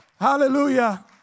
Hallelujah